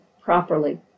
properly